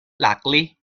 luckily